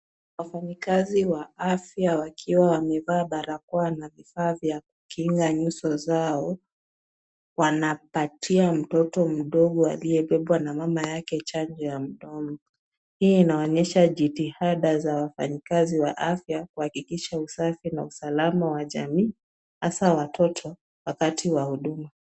Wafanyikazi wa afya wakiwa wamevaa barakoa na vifaa vya kukinga nyuso zao, wanapatia mtoto mdogo aliyebebwa na mama yake chanjo ya mdomo. Hii inaonyesha jitihada za wafanyakazi wa afya kuhakikisha usafi na usalama wa jamii hasa watoto wakati wa huduma.